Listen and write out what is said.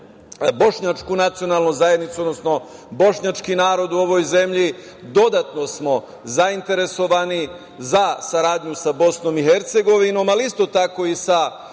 Bošnjačku nacionalnu zajednicu, odnosno bošnjački narod u ovoj zemlji, dodatno smo zainteresovani za saradnju sa BiH, ali isto tako i sa